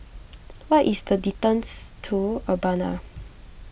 what is the distance to Urbana